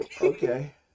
Okay